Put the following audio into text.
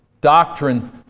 Doctrine